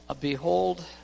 Behold